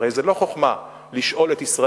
הרי זה לא חוכמה לשאול את ישראל,